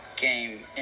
game